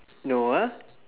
no ah